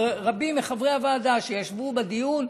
ורבים מחברי הוועדה שישבו בדיון,